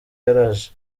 yaraje